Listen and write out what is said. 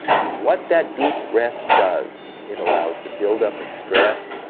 and what that deep rest does. it allows the build up of stress,